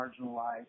marginalized